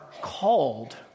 called